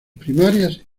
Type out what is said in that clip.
primarias